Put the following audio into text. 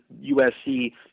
USC